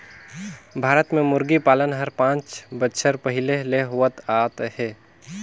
भारत में मुरगी पालन हर पांच बच्छर पहिले ले होवत आत हे